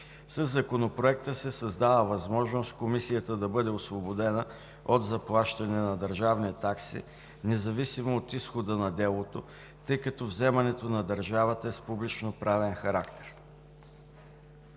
Със Законопроекта се създава възможност Комисията да бъде освободена от заплащане на държавни такси, независимо от изхода на делото, тъй като вземането на държавата е с публично-правен характер.